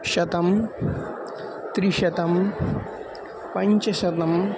शतम् त्रिशतम् पञ्चशतम्